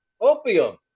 Opium